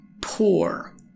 poor